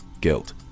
Guilt